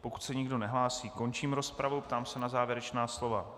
Pokud se nikdo nehlásí, končím rozpravu a ptám se na závěrečná slova.